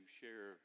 share